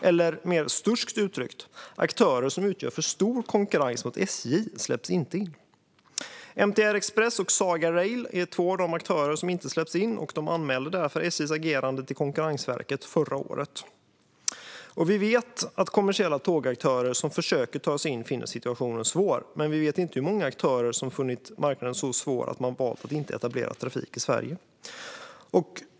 Eller mer sturskt uttryckt: Aktörer som utgör för stor konkurrens mot SJ släpps inte in. MTR Express och Saga Rail är två av de aktörer som inte släpps in, och de anmälde därför SJ:s agerande till Konkurrensverket förra året. Vi vet att kommersiella tågaktörer som försöker ta sig in finner situationen svår, men vi vet inte hur många aktörer som funnit marknaden så svår att man valt att inte etablera trafik i Sverige.